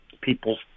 people's